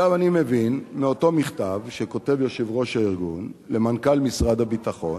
אני מבין מאותו מכתב שכותב יושב-ראש הארגון למנכ"ל משרד הביטחון,